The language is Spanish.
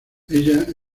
ella